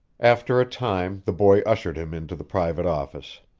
after a time the boy ushered him into the private office.